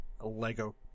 Lego